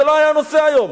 זה לא היה הנושא היום.